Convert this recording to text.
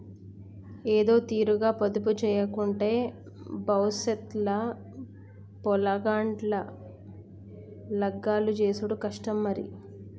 ఏదోతీరుగ పొదుపుజేయకుంటే బవుసెత్ ల పొలగాండ్ల లగ్గాలు జేసుడు కష్టం మరి